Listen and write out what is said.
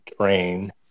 train